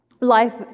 Life